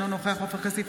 אינו נוכח בועז טופורובסקי,